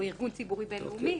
או ארגון ציבורי בין-לאומי,